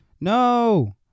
No